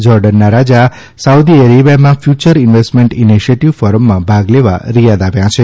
જોર્ડનના રાજા સાઉદી અરેબિયામાં future investment initiative ફોરમમાં ભાગ લેવા રીયાદ આવ્યા છે